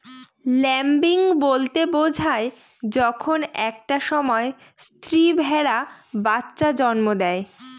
lambing বলতে বোঝায় যখন একটা সময় স্ত্রী ভেড়া বাচ্চা জন্ম দেয়